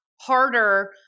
harder